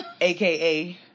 aka